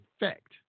effect